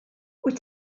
wyt